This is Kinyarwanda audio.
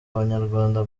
abanyarwanda